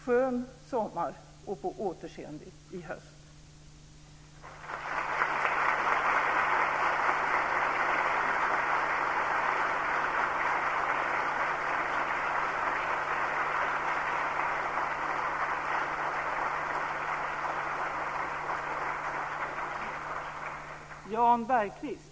Skön sommar och på återseende i höst.